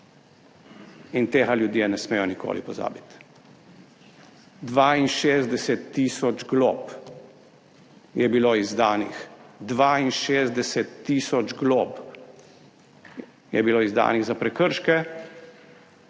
in tega ljudje ne smejo nikoli pozabiti. 62 tisoč glob je bilo izdanih. 62 tisoč glob je bilo izdanih za prekrške